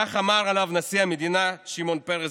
כך אמר עליו נשיא המדינה שמעון פרס,